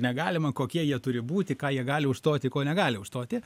negalima kokie jie turi būti ką jie gali užstoti ko negali užstoti